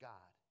God